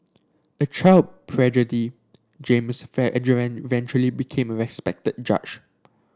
a child James eventually became a respected judge